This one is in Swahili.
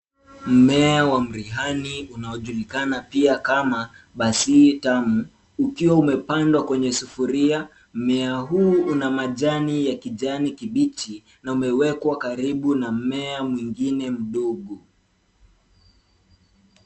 Mmea wa mrihani unaojulikana pia kama basili tamu ukiwa umepandwa kwenye sufuria, mmea huu una majani ya kijani kibichi na umewekwa karibu na mmea mwingine mdogo.